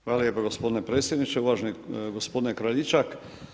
Hvala lijepo gospodine predsjedniče, uvaženi gospodine Kraljičak.